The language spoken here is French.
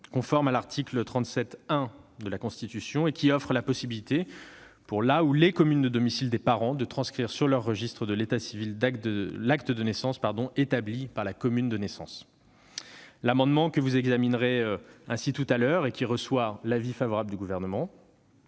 conforme à l'article 37-1 de la Constitution, ouvrant la possibilité, pour la ou les communes de domicile des parents, de transcrire sur leurs registres de l'état civil l'acte de naissance établi par la commune de naissance. L'amendement n° 3 que vous examinerez tout à l'heure, qui reçoit l'avis favorable du Gouvernement,